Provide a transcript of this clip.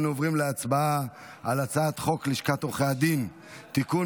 אנו עוברים להצבעה על הצעת חוק לשכת עורכי הדין (תיקון,